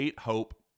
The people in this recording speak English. Hope